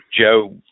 Joe